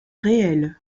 réels